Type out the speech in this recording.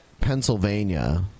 Pennsylvania